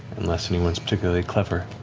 unless anyone's particularly clever.